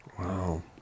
Wow